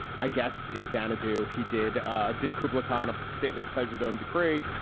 i guess in xanadu, he did ah did coupla kind of stately pleasure dome decree.